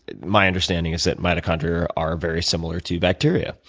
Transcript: and my understanding is that mitochondria are very similar to bacteria.